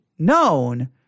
known